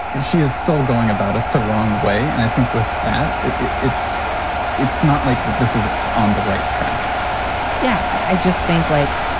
she is still going about it the wrong way. and i think with that, it's it's not like this is on the right track yeah. i just think, like,